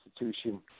institution